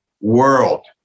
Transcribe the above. world